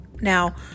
Now